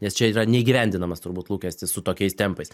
nes čia yra neįgyvendinamas turbūt lūkestis su tokiais tempais